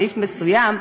סעיף מסוים,